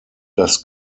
das